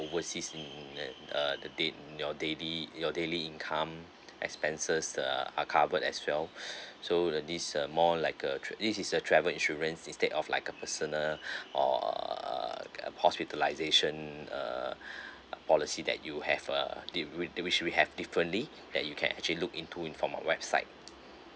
overseas in uh the date in your daily your daily income expenses err are covered as well so the this uh more like a trip this is a travel insurance instead of like a personal or uh hospitalisation uh policy that you have uh diff~ with which we have differently that you can actually look into from our website